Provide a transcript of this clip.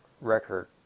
record